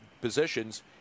positions